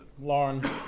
Lauren